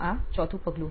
તો આ 4થું પગલું હશે